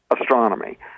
astronomy